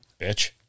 Bitch